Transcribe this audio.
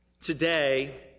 Today